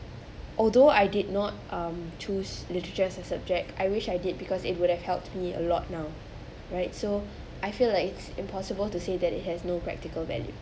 although I did not um choose literature as a subject I wish I did because it would have helped me a lot now right so I feel like it's impossible to say that it has no practical value